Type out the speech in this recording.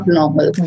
normal